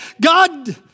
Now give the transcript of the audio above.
God